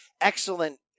excellent